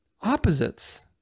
opposites